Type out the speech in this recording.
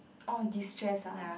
orh distress ah